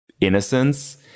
innocence